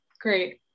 Great